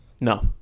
No